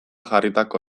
jarritako